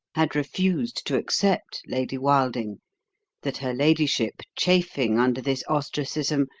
had refused to accept lady wilding that her ladyship, chafing under this ostracism,